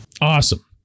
Awesome